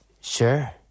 Sure